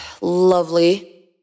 lovely